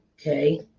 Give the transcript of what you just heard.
okay